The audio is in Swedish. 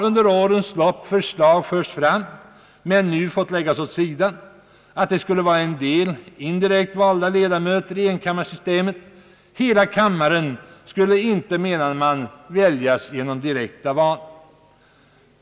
Under årens lopp har förslag framförts att en del ledamöter i enkammarsystemet skulle vara indirekt valda — hela kammaren skulle inte väljas genom direkta val, menade man. Dessa förslag har nu fått läggas åt sidan.